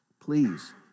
please